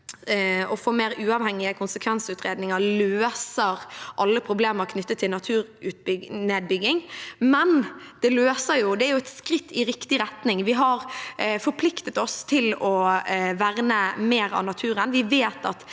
å få mer uavhengige konsekvensutredninger løser alle problemer knyttet til naturnedbygging, men det er et skritt i riktig retning. Vi har forpliktet oss til å verne mer av naturen,